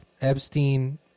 Epstein